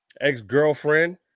ex-girlfriend